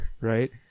right